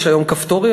יש היום כפתורים.